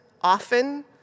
often